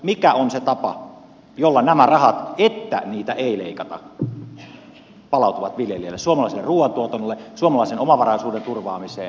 mikä on se tapa jolla nämä rahat että niitä ei leikata palautuvat viljelijälle suomalaiselle ruuantuotannolle suomalaisen omavaraisuuden turvaamiseen kotimaiselle ruualle